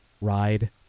ride